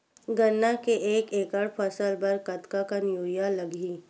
गन्ना के एक एकड़ फसल बर कतका कन यूरिया लगही?